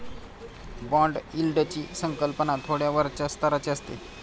bond यील्डची संकल्पना थोड्या वरच्या स्तराची असते